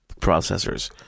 processors